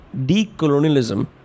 decolonialism